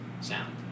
sound